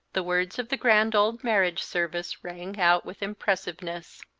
the words of the grand old marriage service rang out with impressiveness.